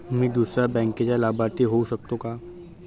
मी दुसऱ्या बँकेचा लाभार्थी होऊ शकतो का?